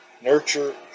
nurture